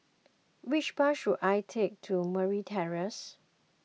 which bus should I take to Merryn Terrace